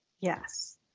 Yes